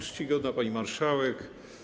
Czcigodna Pani Marszałek!